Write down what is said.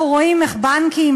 אנחנו רואים איך בנקים,